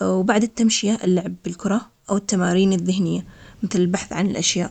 الصغيرة أو الكبيرة, يمكن تكفيهم نص ساعة المهم يكون عندهم وقت للعب وللجري, عشان يقدروا يحافظون على صحتهم وسعادتهم, وتختلف هاي الكلاب حسب نوعها.